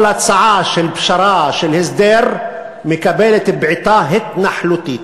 כל הצעה של פשרה, של הסדר, מקבלת בעיטה התנחלותית.